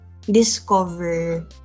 discover